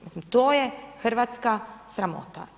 Mislim to je hrvatska sramota.